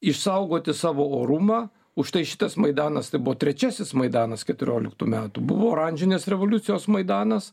išsaugoti savo orumą už tai šitas maidanas tai buvo trečiasis maidanas keturioliktų metų buvo oranžinės revoliucijos maidanas